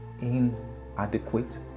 inadequate